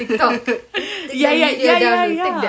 ya ya ya ya ya